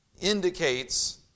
indicates